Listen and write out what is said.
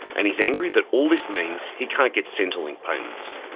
and he's angry that all this means he can't get centrelink payments.